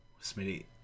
Smitty